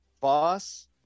boss